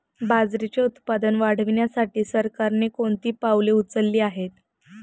बाजरीचे उत्पादन वाढविण्यासाठी सरकारने कोणती पावले उचलली आहेत?